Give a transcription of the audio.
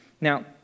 Now